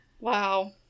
wow